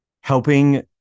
helping